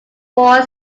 four